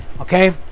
okay